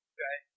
Okay